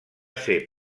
ser